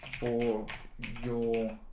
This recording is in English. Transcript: for your